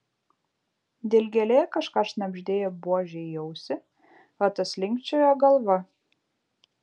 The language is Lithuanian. dilgėlė kažką šnabždėjo buožei į ausį o tas linkčiojo galva